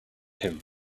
him